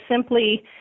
simply